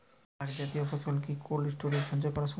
শাক জাতীয় ফসল কি কোল্ড স্টোরেজে সঞ্চয় করা সম্ভব?